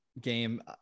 game